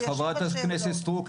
חברת הכנסת סטרוק,